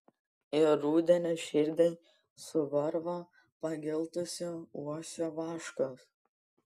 į rudenio širdį suvarva pageltusio uosio vaškas